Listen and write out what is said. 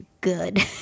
good